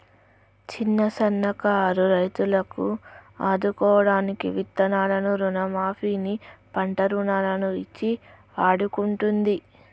చిన్న సన్న కారు రైతులను ఆదుకోడానికి విత్తనాలను రుణ మాఫీ ని, పంట రుణాలను ఇచ్చి ఆడుకుంటుంది